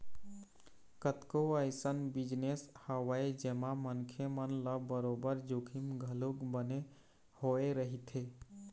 कतको अइसन बिजनेस हवय जेमा मनखे मन ल बरोबर जोखिम घलोक बने होय रहिथे